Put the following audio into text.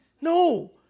No